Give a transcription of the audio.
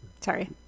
Sorry